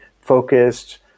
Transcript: focused